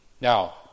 Now